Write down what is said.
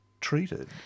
treated